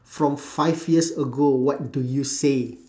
from five years ago what do you say